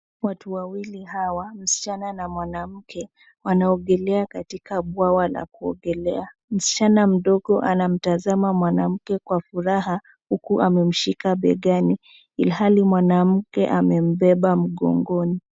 Watu wawili hawa, msichana na mwanamke wanaogelea katika bwawa la kuogelea. Msichana mdogo anamtazama mwanamke kwa furaha huku amemshika begani ilihali mwanamke amembeba mgongoni.